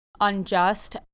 unjust